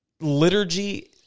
liturgy